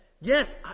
Yes